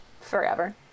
forever